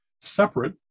separate